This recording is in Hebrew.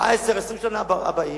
ב-10 20 השנים הבאות.